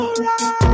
alright